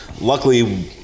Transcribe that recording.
luckily